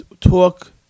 talk